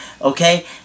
okay